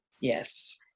Yes